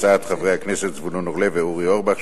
הצעת חברי הכנסת זבולון אורלב ואורי אורבך,